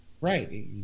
Right